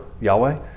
Yahweh